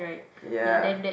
ya